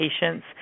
patients